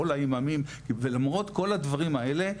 כל האמאמים ולמרות כל הדברים האלה,